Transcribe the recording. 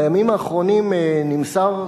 בימים האחרונים נמסר,